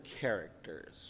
characters